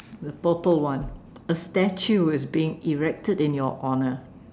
the purple one a statue is being erected in your honour